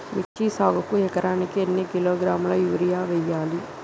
మిర్చి సాగుకు ఎకరానికి ఎన్ని కిలోగ్రాముల యూరియా వేయాలి?